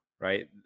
right